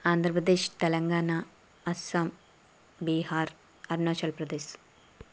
Andhra Pradesh Telangana Assam Bihar Arunachal Pradesh